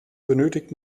benötigt